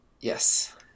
yes